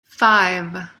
five